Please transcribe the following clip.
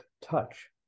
touch